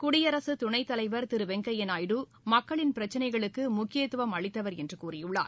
குடியரசுதுணைத்தலைவர் திருவெங்கையாநாயுடு மக்களின் பிரச்சினைகளுக்குழுக்கியத்துவம் அளித்தவர் என்றுகூறியுள்ளார்